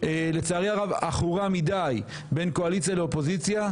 לצערי הרב עכורה מדי בין קואליציה ואופוזיציה,